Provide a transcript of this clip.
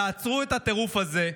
תעצרו את הטירוף הזה.